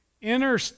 inner